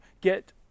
get